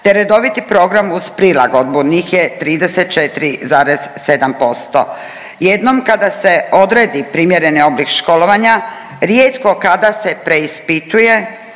te redoviti program uz prilagodbu, njih je 34,7%. Jednom kada se odredi privremeni oblik školovanja, rijetko kada se preispituje